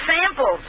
samples